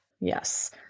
Yes